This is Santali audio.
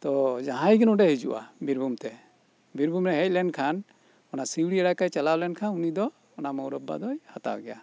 ᱛᱚ ᱡᱟᱦᱟᱸᱭ ᱜᱤ ᱱᱚᱰᱮᱭ ᱦᱤᱡᱩᱜᱼᱟ ᱵᱤᱨᱵᱷᱩᱢ ᱛᱮ ᱵᱤᱨᱵᱷᱩᱢᱮ ᱦᱮᱡ ᱞᱮᱱᱠᱷᱟᱱ ᱚᱱᱟ ᱥᱤᱣᱲᱤ ᱮᱞᱟᱡᱟᱭ ᱪᱟᱞᱟᱣ ᱞᱮᱱᱠᱷᱟᱱ ᱩᱱᱤᱫᱚ ᱚᱱᱟ ᱢᱚᱣᱨᱚᱵᱵᱟ ᱫᱚᱭ ᱦᱟᱛᱟᱣ ᱜᱮᱭᱟ